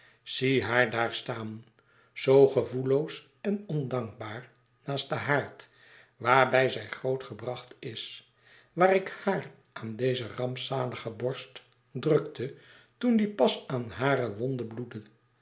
zie haar daar staan zoo gevoelloos en ondankbaar naast den haard waarbij zij groot gebracht is waar ik haar aan deze rampzalige borst drukte toen die pas aan hare wonden bloedde